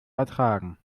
ertragen